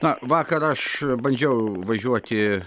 na vakar aš bandžiau važiuoti